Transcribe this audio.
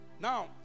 Now